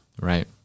right